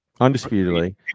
Undisputedly